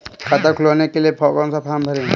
खाता खुलवाने के लिए कौन सा फॉर्म भरें?